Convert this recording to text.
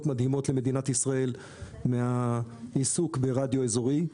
מדהימות למדינת ישראל מהעיסוק ברדיו אזורי.